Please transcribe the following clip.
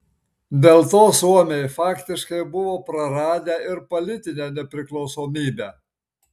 dėl to suomiai faktiškai buvo praradę ir politinę nepriklausomybę